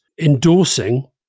endorsing